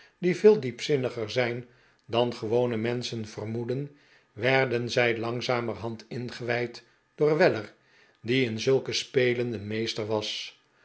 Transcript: die veel diepzinniger zijn dan gewone menschen vermoeden werden zij langzamer hand ingewijd door weller die in zulke spelen een meester was